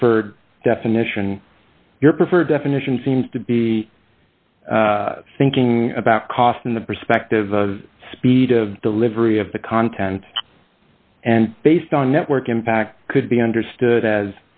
preferred definition your preferred definition seems to be thinking about cost in the perspective of speed of delivery of the content and based on network impact could be understood as